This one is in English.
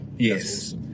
Yes